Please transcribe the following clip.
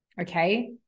okay